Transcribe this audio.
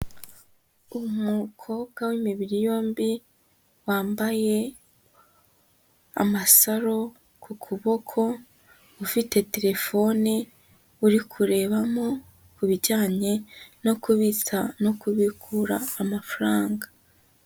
Umukobwa w'imibiri yombi wambaye amasaro ku kuboko, ufite telefone uri kurebamo kubijyanye no kubitsa no kubikura amafaranga.